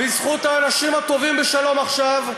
בזכות האנשים הטובים ב"שלום עכשיו",